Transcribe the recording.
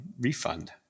refund